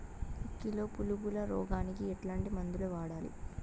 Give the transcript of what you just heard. Kilo పులుగుల రోగానికి ఎట్లాంటి మందులు వాడాలి?